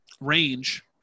range